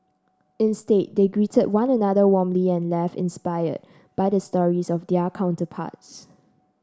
instead they greeted one another warmly and left inspired by the stories of their counterparts